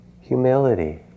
humility